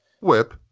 Whip